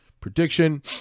prediction